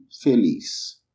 feliz